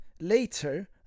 later